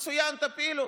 מצוין, תפילו.